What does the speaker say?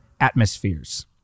atmospheres